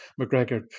McGregor